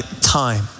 time